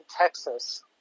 Texas